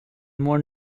more